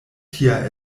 tia